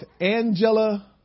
Angela